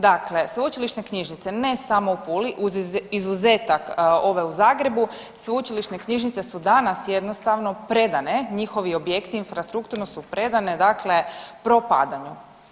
Dakle, sveučilišne knjižnice ne samo u Puli, uz izuzetak ove u Zagrebu sveučilišne knjižnice su danas jednostavno predane njihovi objekti infrastrukturni su predane propadanju.